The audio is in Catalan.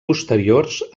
posteriors